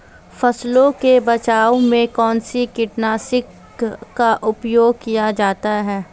फसलों के बचाव में कौनसा कीटनाशक का उपयोग किया जाता है?